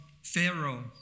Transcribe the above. Pharaoh